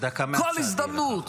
בכל הזדמנות